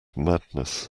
madness